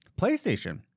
PlayStation